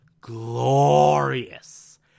Glorious